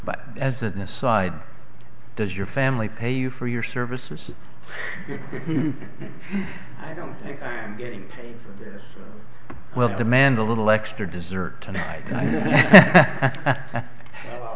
but as an aside does your family pay you for your services i don't think i am getting paid for this well demand a little extra dessert tonight